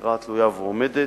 עתירה תלויה ועומדת,